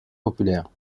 populaire